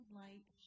light